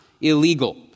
illegal